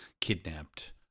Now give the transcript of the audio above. kidnapped